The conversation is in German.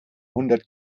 hundert